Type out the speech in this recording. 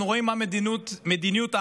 אנחנו רואים מה מדיניות ההכלה